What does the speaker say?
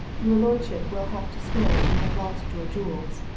your lordship will have to swear that you have lost your jewels,